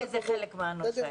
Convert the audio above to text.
זה חלק מהנושא.